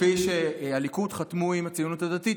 כפי שהליכוד חתמו עם הציונות הדתית,